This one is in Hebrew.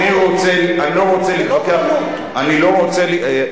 אני לא רוצה להתווכח.